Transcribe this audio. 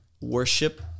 worship